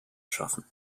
schaffen